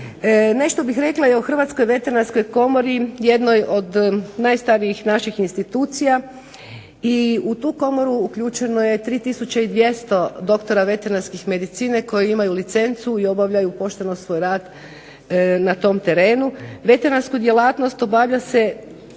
Nešto bih rekla i o Hrvatskoj veterinarskoj komori jednoj od najstarijih naših institucija. U tu komoru uključeno je 3 tisuće 200 doktora veterinarske medicine koji imaju licencu i obavljaju pošteno svoj rad na tom terenu. Veterinarska djelatnost obavlja se